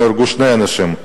נהרגו שני אנשים,